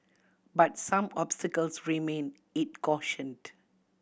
but some obstacles remain it cautioned